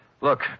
Look